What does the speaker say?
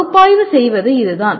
பகுப்பாய்வு செய்வது இதுதான்